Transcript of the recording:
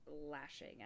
lashing